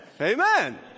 Amen